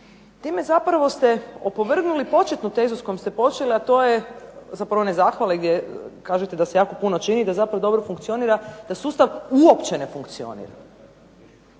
Time zapravo ste opovrgnuli početnu tezu s kojom ste počeli, a to je zapravo one zahvale gdje kažete da se jako puno čini, da zapravo dobro funkcionira da sustav uopće ne funkcionira